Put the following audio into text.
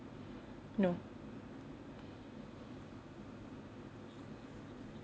no